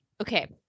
Okay